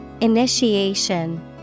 Initiation